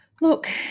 Look